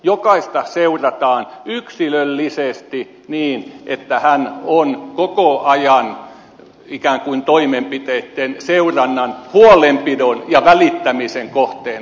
jokaista seurataan yksilöllisesti niin että hän on koko ajan ikään kuin toimenpiteitten seurannan huolenpidon ja välittämisen kohteena